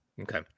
Okay